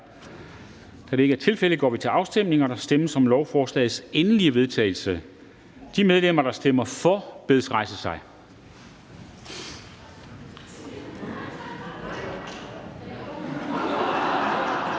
Formanden (Henrik Dam Kristensen): Der stemmes om lovforslagets endelige vedtagelse. De medlemmer, der stemmer for, bedes rejse sig.